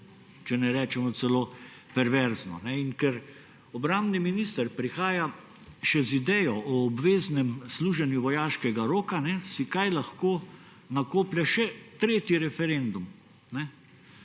če ne rečem celo, perverzno. In ker obrambni minister prihaja še z idejo o obveznem služenju vojaškega roka, si kaj lahko nakoplje še tretji referendum.